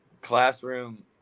classroom –